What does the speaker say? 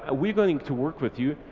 ah we going to work with you,